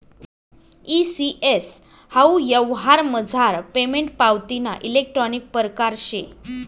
E CS हाऊ यवहारमझार payment पावतीना इलेक्ट्रानिक परकार शे